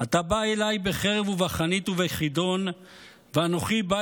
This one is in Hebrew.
"אתה בא אלי בחרב ובחנית ובכידון ואנכי בא